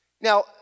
Now